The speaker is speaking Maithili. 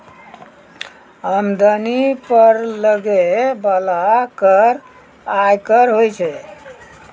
आमदनी पर लगै बाला कर आयकर होय छै